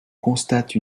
constate